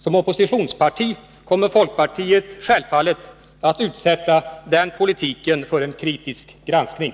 Som oppositionsparti kommer folkpartiet självfallet att utsätta den politiken för en kritisk granskning.